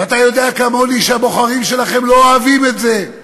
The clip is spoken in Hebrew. ואתה יודע, כמוני, שהבוחרים שלכם לא אוהבים את זה.